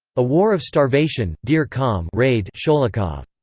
a war of starvation, dear com rade sholokhov.